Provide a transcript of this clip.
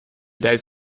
days